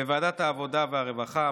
בוועדת העבודה והרווחה,